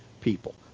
people